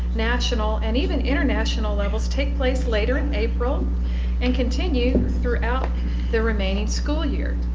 national and even international levels take place later in april and continue throughout the remaining school year.